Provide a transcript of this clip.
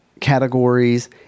categories